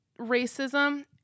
racism